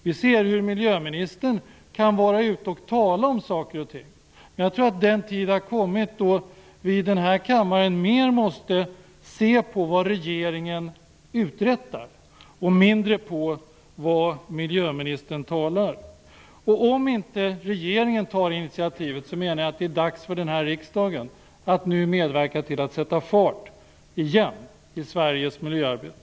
Vi ser ju hur miljöministern kan vara ute och tala om saker och ting. Men jag tror att den tiden har kommit då vi i denna kammare mer måste se på vad regeringen uträttar och mindre på vad miljöministern talar om. Om inte regeringen tar initiativet är det dags för den här riksdagen att medverka till att sätta fart igen i Sveriges miljöarbete.